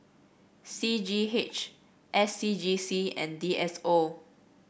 C G H S C G C and D S O